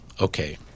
okay